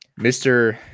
Mr